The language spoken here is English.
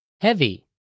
Heavy